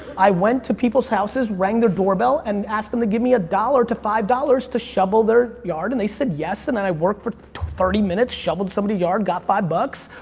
i went to people's houses, rang the doorbell and asked them to give me a dollar to five dollars to shovel their yard and they said, yes, and then i worked for thirty minutes, shoveled somebody's yard, got five bucks,